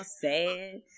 sad